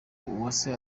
uwase